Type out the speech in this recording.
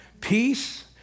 Peace